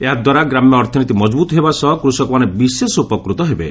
ଏହାଦ୍ୱାରା ଗ୍ରାମ୍ୟ ଅର୍ଥନୀତି ମଜବୁତ ହେବା ସହ କୂଷକମାନେ ବିଶେଷ ଉପକୂତ ହେବେ